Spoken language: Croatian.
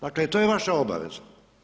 Dakle, to je vaša obaveza.